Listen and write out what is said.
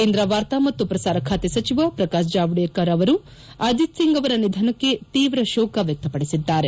ಕೇಂದ್ರ ವಾರ್ತಾ ಮತ್ತು ಪ್ರಸಾರ ಖಾತೆ ಸಚಿವ ಪ್ರಕಾಶ್ ಜಾವಡೇಕರ್ ಅವರು ಅಜಿತ್ ಸಿಂಗ್ ಅವರ ನಿಧನಕ್ಕೆ ತೀವ್ರ ಶೋಕ ವ್ಯಕ್ತಪಡಿಸಿದ್ದಾರೆ